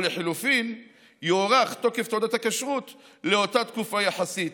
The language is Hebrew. או לחלופין יוארך תוקף תעודת הכשרות לאותה תקופה יחסית,